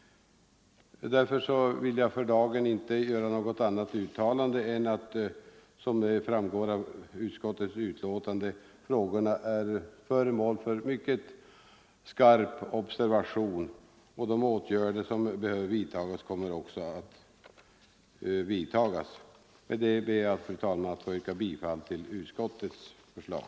Därför vill jag för dagen inte göra något annat uttalande än att — som det framgår av utskottets betänkande — frågorna är föremål för mycket intensiv observation och att de åtgärder som behöver vidtas också kommer att vidtas. Med detta ber jag, fru talman, att få yrka bifall till utskottets förslag.